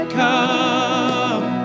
come